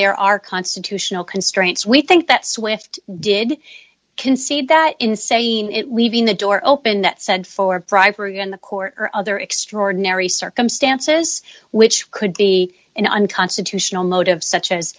there are constitutional constraints we think that swift did concede that in saying it leaving the door open that said for bribery on the court or other extraordinary circumstances which could be an unconstitutional motive such as